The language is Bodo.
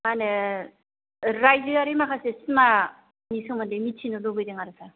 मा होनो रायजोयारि माखासे सिमानि सोमोन्दै मिथिनो लुबैदों आरो सार